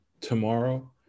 tomorrow